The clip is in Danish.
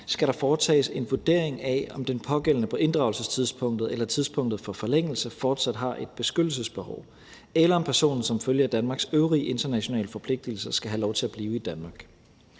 skal der foretages en vurdering af, om den pågældende på inddragelsestidspunktet eller tidspunktet for forlængelse fortsat har et beskyttelsesbehov, eller om personen som følge af Danmarks øvrige internationale forpligtelser skal have lov til at blive i Danmark.